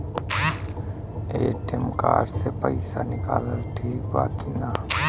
ATM card से पईसा निकालल ठीक बा की ना?